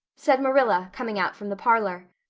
said marilla, coming out from the parlor,